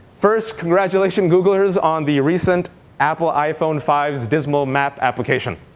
first, congratulation, googlers on the recent apple iphone five s dismal map application.